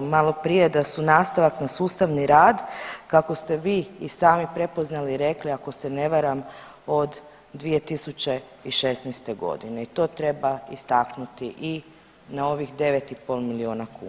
maloprije da su nastavak na sustavni rad kako ste vi i sami prepoznali i rekli ako se ne varam od 2016.g. i to treba istaknuti i na ovih 9,5 milijuna kuna.